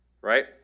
Right